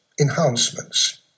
enhancements